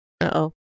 Uh-oh